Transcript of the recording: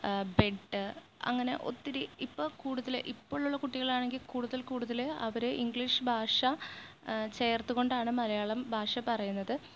bed അങ്ങനെ ഒത്തിരി ഇപ്പോൾ കൂടുതൽ ഇപ്പോളുള്ള കുട്ടികളാണെങ്കിൽ കൂടുതല് കൂടുതൽ അവർ ഇംഗ്ലീഷ് ഭാഷ ചേര്ത്തുകൊണ്ടാണ് മലയാളം ഭാഷ പറയുന്നത്